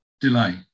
delay